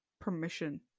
permission